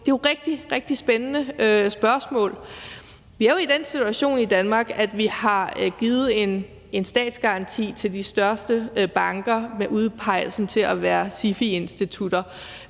Det er rigtig, rigtig spændende spørgsmål. Vi er jo i den situation i Danmark, at vi har givet en statsgaranti til de største banker ved at udpege dem til at være SIFI-institutter.